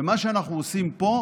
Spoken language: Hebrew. ומה שאנחנו עושים פה,